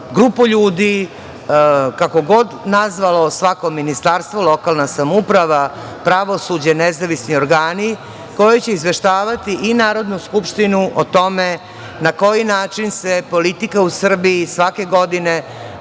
grupu ljudi, kako god nazvalo svako ministarstvo, lokalna samouprava, pravosuđe, nezavisni organi, koji će izveštavati i Narodnu skupštinu o tome na koji način se politika u Srbiji svake godine,